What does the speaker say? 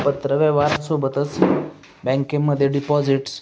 पत्रव्यवहारसोबतच बँकेमध्ये डिपॉझिट्स